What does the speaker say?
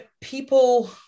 people